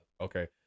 Okay